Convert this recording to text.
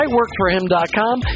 IWorkForHim.com